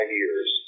years